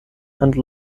and